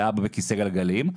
לאבא בכיסא גלגלים,